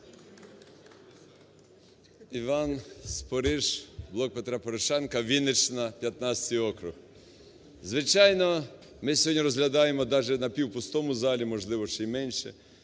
Іван Спориш, "Блок Петра Порошенка", Вінниччина, 15-й округ. Звичайно, ми сьогодні розглядаємо даже в напівпустому залі, можливо, ще й менше